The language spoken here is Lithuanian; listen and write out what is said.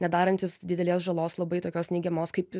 nedarantis didelės žalos labai tokios neigiamos kaip